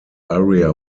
area